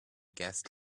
guest